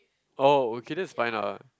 oh okay that's fine lah